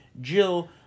Jill